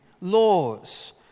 laws